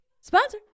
Sponsor